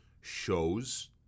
shows